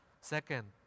Second